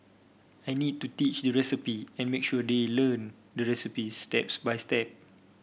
I need to teach the recipe and make sure they learn the recipes steps by step